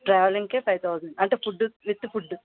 ట్రావెలింగ్కే five thousand అంటే food with food